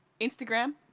Instagram